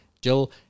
Jill